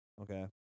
okay